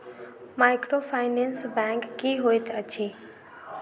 Microfinance bank की होइत अछि?